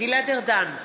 גלעד ארדן,